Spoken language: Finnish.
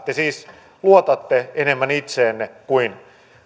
te siis luotatte enemmän itseenne kuin